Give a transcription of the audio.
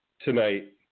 tonight